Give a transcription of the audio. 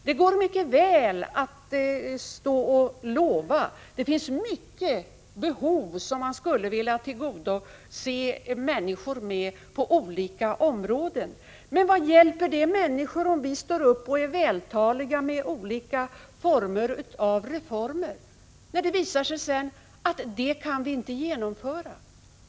Det går mycket väl att ställa sig upp och lova — det finns många behov på olika områden som man skulle kunna tillgodose. Men vad hjälper det människor om vi är vältaliga beträffande olika slags reformer, om det sedan visar sig att vi inte kan genomföra dem?